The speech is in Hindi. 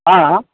हाँ